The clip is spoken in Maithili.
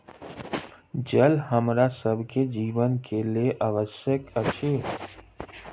जल हमरा सभ के जीवन के लेल आवश्यक अछि